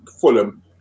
Fulham